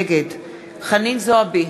נגד חנין זועבי,